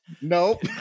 Nope